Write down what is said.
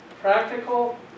Practical